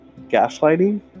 gaslighting